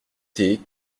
thé